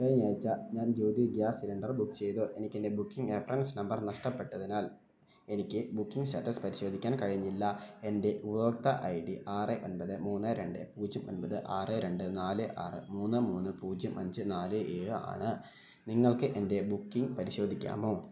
കഴിഞ്ഞയാഴ്ച ഞാൻ Jyoti gas cylinder book ചെയ്തു എനിക്കെൻ്റെ ബുക്കിംഗ് റഫറൻസ് നമ്പർ നഷ്ടപ്പെട്ടതിനാൽ എനിക്ക് ബുക്കിംഗ് സ്റ്റാറ്റസ് പരിശോധിക്കാൻ കഴിയുന്നില്ല എൻ്റെ ഉപഭോക്തൃ ഐ ഡി ആറ് ഒൻമ്പത് മൂന്ന് രണ്ട് പൂജ്യം ഒൻമ്പത് ആറ് രണ്ട് നാല് ആറ് മൂന്ന് മൂന്ന് പൂജ്യം അഞ്ച് നാല് ഏഴ് ആണ് നിങ്ങൾക്ക് എൻ്റെ ബുക്കിംഗ് പരിശോധിക്കാമോ